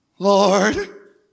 Lord